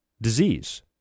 disease